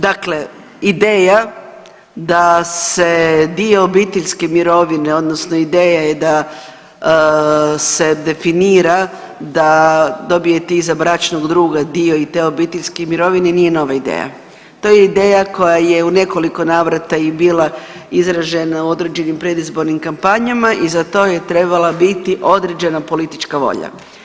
Dakle, ideja da se dio obiteljske mirovine odnosno ideja je da se definira da dobijete iza bračnog druga dio i te obiteljske mirovine nije nova ideja, to je ideja koja je u nekoliko navrata i bila izražena u određenim predizbornim kampanjama i za to je trebala biti određena politička volja.